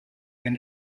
than